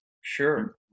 Sure